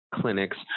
clinics